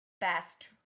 best